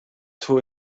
two